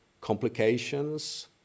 complications